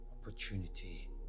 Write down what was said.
opportunity